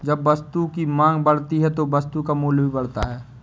जब वस्तु की मांग बढ़ती है तो वस्तु का मूल्य भी बढ़ता है